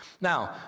Now